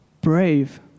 brave